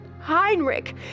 Heinrich